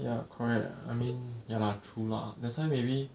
ya correct ah I mean ya lah true lah that's why maybe